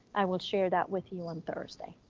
i will share that with you on thursday.